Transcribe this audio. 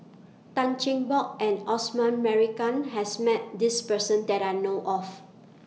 Tan Cheng Bock and Osman Merican has Met This Person that I know of